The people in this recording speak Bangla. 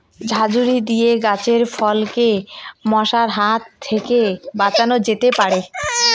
ঝাঁঝরি দিয়ে গাছের ফলকে মশার হাত থেকে বাঁচানো যেতে পারে?